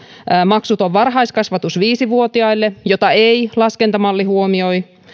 maksuton varhaiskasvatus viisi vuotiaille jota ei laskentamalli huomioi